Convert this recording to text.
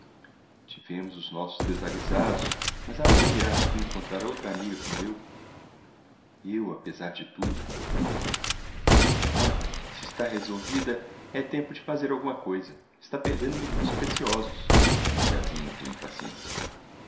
tivemos os nossos desaguizados mas aonde irás tu encontrar outra amiga como eu eu apezar de tudo mamã se está resolvida é tempo de fazer alguma coisa está perdendo minutos preciosos disse a zina com impaciencia